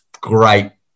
great